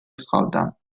ჰყავდა